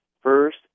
first